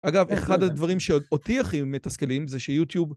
אגב, אחד הדברים שאותי הכי מתסכלים זה שיוטיוב...